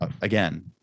again